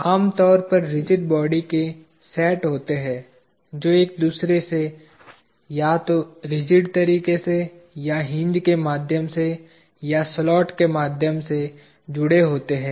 आमतौर पर rigid body के सेट होते हैं जो एक दूसरे से या तो रिजिड तरीके से या हिन्ज के माध्यम से या स्लॉट के माध्यम से जुड़े होते हैं